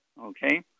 Okay